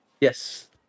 Yes